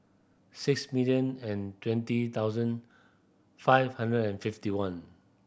six million and twenty thousand five hundred and fifty one